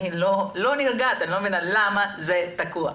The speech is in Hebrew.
אני לא נרגעת ואני לא מבינה למה זה תקוע.